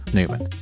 Newman